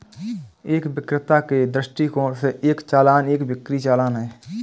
एक विक्रेता के दृष्टिकोण से, एक चालान एक बिक्री चालान है